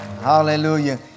Hallelujah